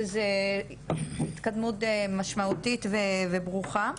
שזה התקדמות משמעותית וברוכה,